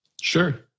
Sure